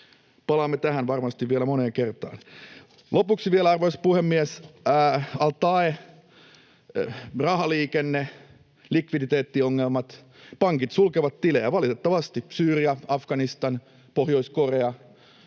Palaamme tähän varmasti vielä moneen kertaan. Arvoisa puhemies! Lopuksi vielä al-Taee: Rahaliikenne, likviditeettiongelmat. — Pankit sulkevat tilejä valitettavasti: Syyria, Afganistan, Pohjois-Korea.